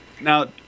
now